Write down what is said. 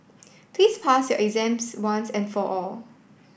please pass your exams once and for all